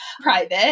private